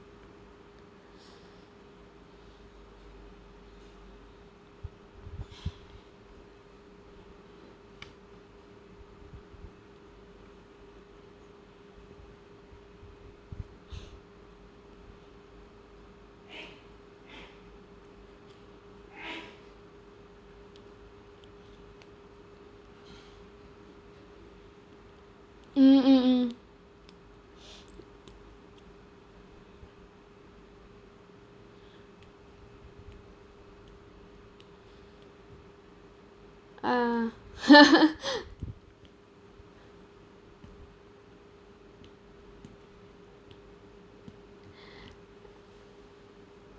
mm mm mm ah